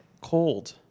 cold